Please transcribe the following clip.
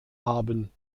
haben